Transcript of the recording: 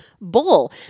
bull